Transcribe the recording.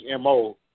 MO